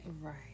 Right